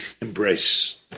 embrace